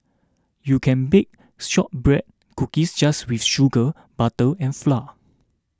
you can bake Shortbread Cookies just with sugar butter and flour